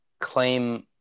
claim